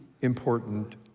important